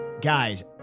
guys